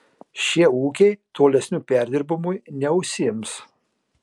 šie ūkiai tolesniu perdirbimui neužsiims